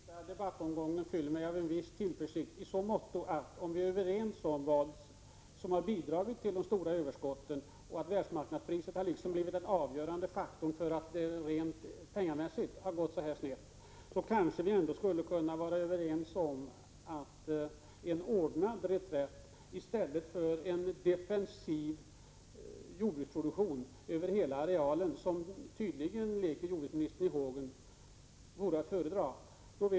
Herr talman! Den senaste debattomgången fyller mig med en viss tillförsikt i så måtto som vi tycks vara överens om vad som har bidragit till de stora överskotten och om att världsmarknadspriset liksom har blivit den avgörande faktorn för att det rent pengamässigt har gått snett. Då kanske vi också skulle kunna vara överens om att en ordnad reträtt — i stället för en defensiv jordbruksproduktion över hela arealen, vilket tydligen leker jordbruksministern i hågen — vore att föredra.